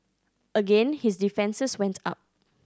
again his defences went up